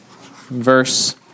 verse